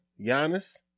Giannis